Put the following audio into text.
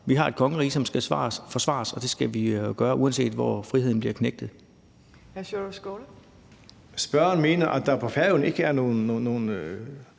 vi har et kongerige, som skal forsvares, og det skal vi gøre, uanset hvor friheden bliver knægtet.